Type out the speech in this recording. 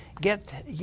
get